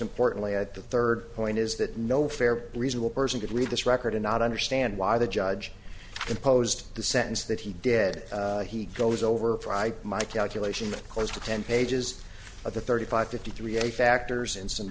importantly at the third point is that no fair reasonable person could read this record and not understand why the judge imposed the sentence that he did he goes over my calculation that close to ten pages of the thirty five fifty three a factors in some